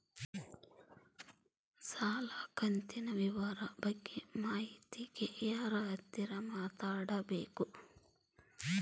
ಸಾಲ ಕಂತಿನ ವಿವರ ಬಗ್ಗೆ ಮಾಹಿತಿಗೆ ಯಾರ ಹತ್ರ ಮಾತಾಡಬೇಕು?